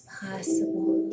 possible